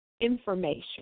information